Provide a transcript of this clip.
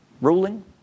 ruling